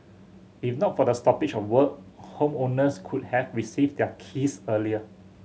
if not for the stoppage of work homeowners could have received their keys earlier